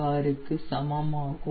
66 க்கு சமமாகும்